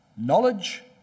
Knowledge